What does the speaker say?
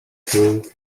through